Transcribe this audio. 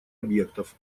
объектов